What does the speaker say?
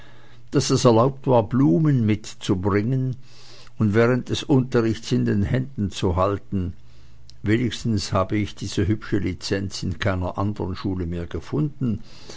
daß es erlaubt war blumen mitzubringen und während des unterrichts in den händen zu halten wenigstens habe ich diese hübsche lizenz in keiner andern schule mehr gefunden